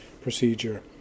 procedure